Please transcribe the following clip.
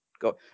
Go